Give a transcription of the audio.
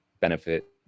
benefit